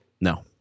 no